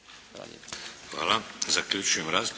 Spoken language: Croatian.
Hvala. Zaključujem raspravu.